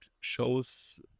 shows